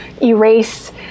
erase